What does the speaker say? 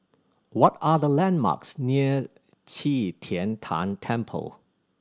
what are the landmarks near Qi Tian Tan Temple